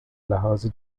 لحاظ